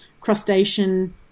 crustacean